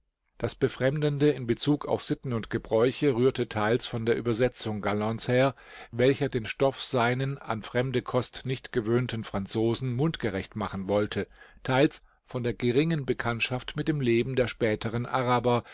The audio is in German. das befremdende in bezug auf sitten und gebräuche rührte teils von der übersetzung gallands her welcher den stoff seinen an fremde kost nicht gewöhnten franzosen mundgerecht machen wollte teils von der geringen bekanntschaft mit dem leben der späteren araber